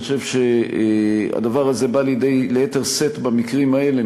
ואני חושב שהדבר הזה בא ליתר שאת במקרים האלה,